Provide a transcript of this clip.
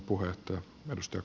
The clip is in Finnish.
herra puhemies